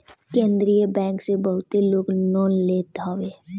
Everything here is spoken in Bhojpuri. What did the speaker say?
केंद्रीय बैंक से बहुते लोग लोन लेत हवे